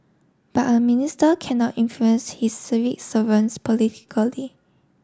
but a minister cannot influence his civil servants politically